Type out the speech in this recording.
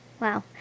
Wow